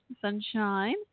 Sunshine